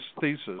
thesis